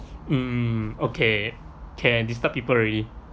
mm okay can disturb people already